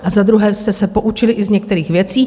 A za druhé jste se poučili i z některých věcí.